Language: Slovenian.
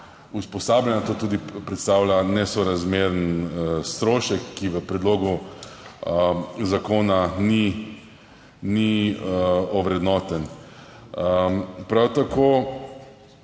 usposabljanja. To predstavlja tudi nesorazmeren strošek, ki v predlogu zakona ni ovrednoten. Prav tako